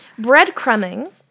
Breadcrumbing